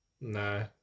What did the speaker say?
no